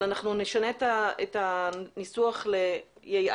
אבל אנחנו נשנה את הניסוח ל'ייעד',